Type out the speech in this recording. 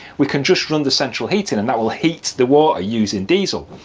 we can just run the central heating and that will heat the water using diesel.